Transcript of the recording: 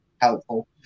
helpful